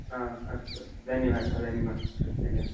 अस्तु अस्तु धन्यवादः धन्यवाद धन्यवादः